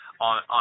on